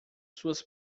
suas